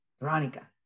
Veronica